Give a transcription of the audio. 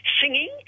singing